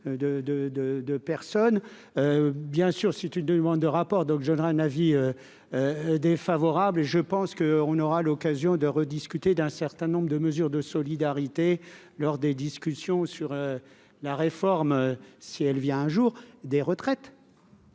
de personnes bien sûr si tu demandes de rapport, donc je donnerai un avis défavorable et je pense qu'on aura l'occasion de rediscuter d'un certain nombre de mesures de solidarité lors des discussions sur la réforme, si elle vient un jour des retraites.